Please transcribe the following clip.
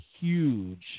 huge